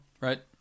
Right